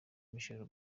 michelle